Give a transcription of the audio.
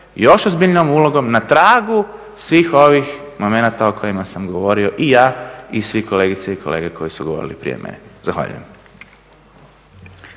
još ozbiljnijom ulogom na tragu svih ovih momenata o kojima sam govorio i ja i svi kolegice i kolege koji su govorili prije mene. Zahvaljujem.